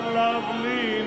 lovely